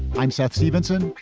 i'm seth stevenson.